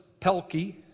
Pelkey